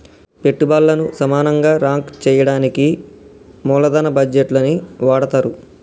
పెట్టుబల్లను సమానంగా రాంక్ చెయ్యడానికి మూలదన బడ్జేట్లని వాడతరు